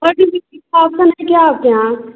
घर डिलीवरी का ऑप्शन है क्या आपके यहाँ